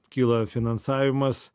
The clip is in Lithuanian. kyla finansavimas